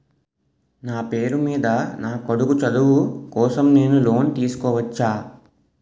నా పేరు మీద నా కొడుకు చదువు కోసం నేను లోన్ తీసుకోవచ్చా?